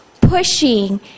pushing